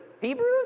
Hebrews